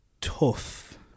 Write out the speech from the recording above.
tough